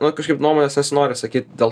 nu kažkaip nuomonės nesinori sakyt dėl